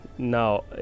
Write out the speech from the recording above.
Now